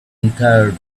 entire